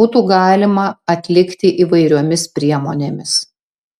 būtų galima atlikti įvairiomis priemonėmis